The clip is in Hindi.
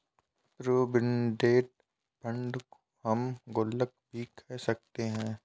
प्रोविडेंट फंड को हम गुल्लक भी कह सकते हैं